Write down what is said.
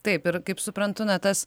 taip ir kaip suprantu na tas